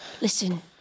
listen